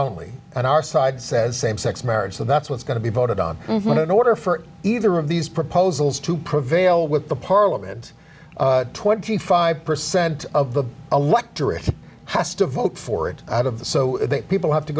only on our side says same sex marriage so that's what's going to be voted on in order for either of these proposals to prevail with the parliament twenty five percent of the electorate has to vote for it out of the so people have to